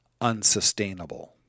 unsustainable